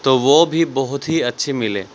تو وہ بھی بہت ہی اچھے ملے